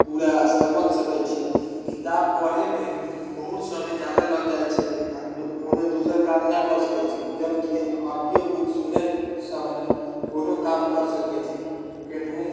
पूरा समझ सकै छी किताब पढ़ेमे बहुत समय जादा लग जाइ छै आ कोनो दोसर काम न कऽ सकै छी जबकि आडियो बुक सुने समय कोनो काम कर सकै छी केनहो